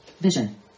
vision